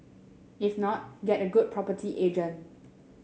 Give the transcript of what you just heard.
if not get a good property agent